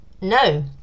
no